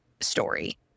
story